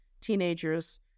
teenagers